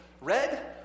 red